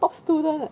top student leh